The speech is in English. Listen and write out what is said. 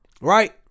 right